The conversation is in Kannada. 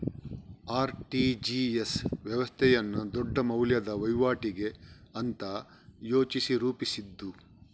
ಆರ್.ಟಿ.ಜಿ.ಎಸ್ ವ್ಯವಸ್ಥೆಯನ್ನ ದೊಡ್ಡ ಮೌಲ್ಯದ ವೈವಾಟಿಗೆ ಅಂತ ಯೋಚಿಸಿ ರೂಪಿಸಿದ್ದು